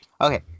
Okay